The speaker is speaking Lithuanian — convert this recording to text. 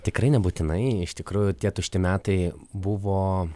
tikrai nebūtinai iš tikrųjų tie tušti metai buvo